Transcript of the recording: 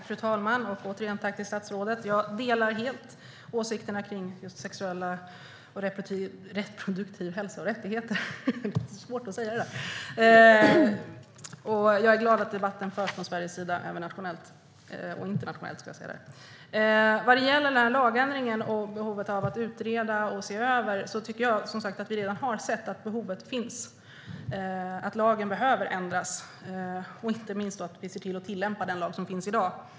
Fru talman! Jag tackar åter statsrådet. Jag delar helt åsikterna kring sexuell och reproduktiv hälsa och rättigheter och är glad att debatten förs från Sveriges sida både nationellt och internationellt. Vad gäller lagändring och behovet av att utreda och se över tycker jag som sagt att vi redan har sett att behovet finns och att lagen behöver ändras. Inte minst måste vi se till att tillämpa den lag som finns i dag.